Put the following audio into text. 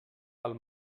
del